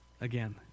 again